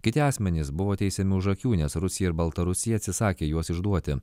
kiti asmenys buvo teisiami už akių nes rusija ir baltarusija atsisakė juos išduoti